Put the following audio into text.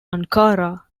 ankara